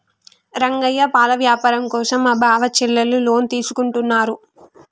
రంగయ్య పాల వ్యాపారం కోసం మా బావ చెల్లెలు లోన్ తీసుకుంటున్నారు